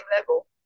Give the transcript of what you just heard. level